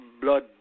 Blood